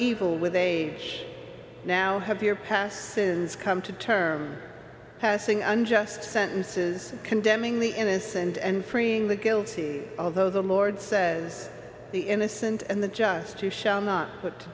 evil with a judge now have your past sins come to terms passing unjust sentences condemning the innocent and freeing the guilty although the lord says the innocent and the just who shall not put to